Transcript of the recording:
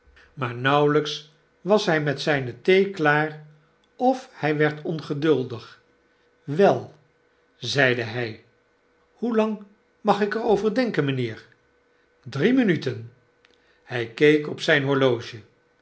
maar nauwelps was hy met zyne thee klaar of hy werd ongeduldig wel zeide hfl hoelang mag ik er over denken mijnheer drie minuten hy keek op zyn horloge